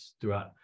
throughout